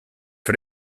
for